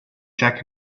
jack